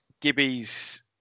Gibby's